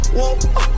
whoa